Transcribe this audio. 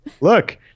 look